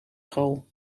school